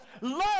Love